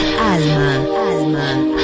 Alma